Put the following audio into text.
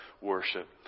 worship